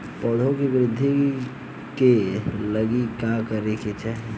पौधों की वृद्धि के लागी का करे के चाहीं?